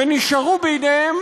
ונשארו בידיהם